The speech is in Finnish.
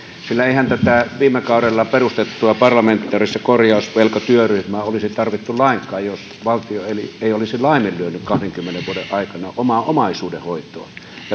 sillä eihän tätä viime kaudella perustettua parlamentaarista korjausvelkatyöryhmää olisi tarvittu lainkaan jos valtio ei olisi laiminlyönyt kahdenkymmenen vuoden aikana omaa omaisuudenhoitoaan